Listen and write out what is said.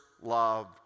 loved